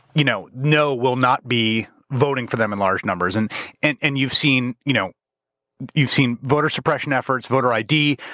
you know know will not be voting for them in large numbers. and and and you've seen you know you've seen voter suppression efforts, voter id,